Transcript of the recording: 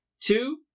two